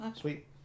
Sweet